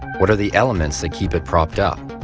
what are the elements that keep it propped up.